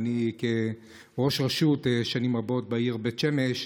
ואני, כראש רשות שנים רבות בעיר בית שמש,